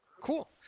cool